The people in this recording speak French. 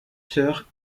sœurs